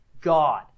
God